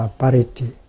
parity